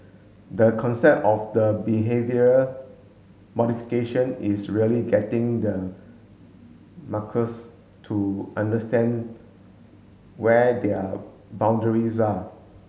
the concept of the behavioural modification is really getting the to understand where their boundaries are